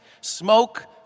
smoke